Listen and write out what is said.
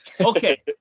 okay